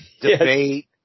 debate